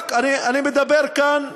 אני מדבר כאן,